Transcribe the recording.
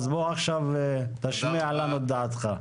אז בוא עכשיו ותשמיע לנו את ההצעה.